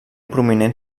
prominent